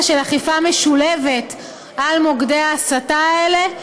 של אכיפה משולבת במוקדי ההסתה האלה,